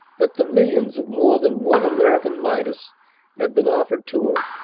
that the millions of more than one american midas had been offered to her,